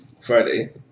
Friday